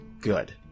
Good